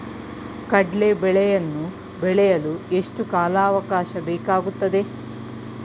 ಕಡ್ಲೆ ಬೇಳೆಯನ್ನು ಬೆಳೆಯಲು ಎಷ್ಟು ಕಾಲಾವಾಕಾಶ ಬೇಕಾಗುತ್ತದೆ?